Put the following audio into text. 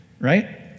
right